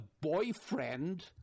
boyfriend